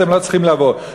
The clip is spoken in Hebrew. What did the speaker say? אתם לא צריכים לבוא.